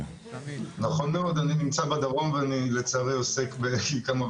אבל אני חושב שמעל